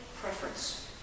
preference